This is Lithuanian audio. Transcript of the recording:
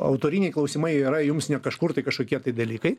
autoriniai klausimai yra jums ne kažkur tai kažkokie dalykai